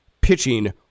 pitching